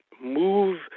move